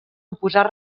oposar